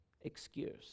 excuse